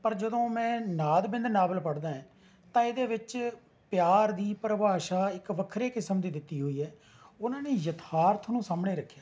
ਪਰ ਜਦੋਂ ਮੈਂ ਨਾਦ ਬਿੰਦ ਨਾਵਲ ਪੜ੍ਹਦਾਂ ਏ ਤਾਂ ਇਹਦੇ ਵਿੱਚ ਪਿਆਰ ਦੀ ਪਰਿਭਾਸ਼ਾ ਇੱਕ ਵੱਖਰੇ ਕਿਸਮ ਦੀ ਦਿੱਤੀ ਹੋਈ ਹੈ ਓਹਨਾ ਨੇ ਯਥਾਰਥ ਨੂੰ ਸਾਹਮਣੇ ਰੱਖਿਆ